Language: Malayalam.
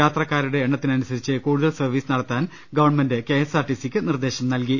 യാത്രക്കാരുടെ എണ്ണത്തിനനുസരിച്ച് കൂടുതൽ സർവീസ് നടത്താൻ ഗവൺമെന്റ് കെഎസ്ആർടിസിക്ക് നിർദേശം നൽകി